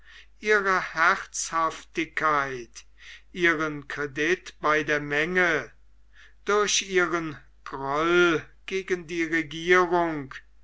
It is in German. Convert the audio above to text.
ihre herzhaftigkeit ihren credit bei der menge durch ihren groll gegen die regierung